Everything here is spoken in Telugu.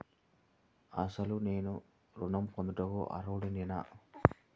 అసలు నేను ఋణం పొందుటకు అర్హుడనేన?